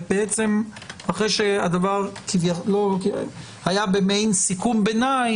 אחרי שהדבר היה במעין סיכום ביניים,